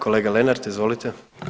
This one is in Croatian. Kolega Lenart, izvolite.